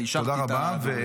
הינה, יישרתי את ההדורים.